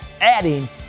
adding